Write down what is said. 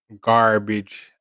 garbage